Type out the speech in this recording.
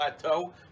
plateau